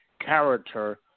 character